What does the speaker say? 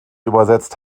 übersetzt